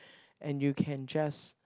and you can just